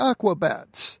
Aquabats